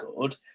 good